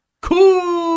Cool